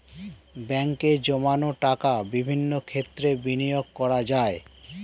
ব্যাঙ্কে জমানো টাকা বিভিন্ন ক্ষেত্রে বিনিয়োগ করা যায়